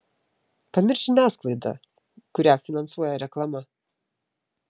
pamiršk žiniasklaidą kurią finansuoja reklama